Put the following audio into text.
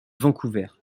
vancouver